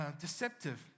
deceptive